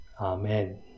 Amen